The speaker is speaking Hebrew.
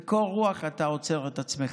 בקור רוח אתה עוצר את עצמך,